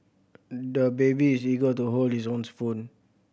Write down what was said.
the baby is eager to hold his own spoon